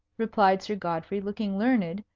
replied sir godfrey, looking learned,